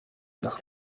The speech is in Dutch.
nog